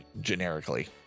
generically